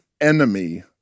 enemy